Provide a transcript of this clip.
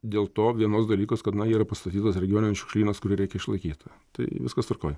dėl to vienoks dalykas kad na yra pastatytas regioninis šiukšlynas kurį reikia išlaikyt tai viskas tvarkoj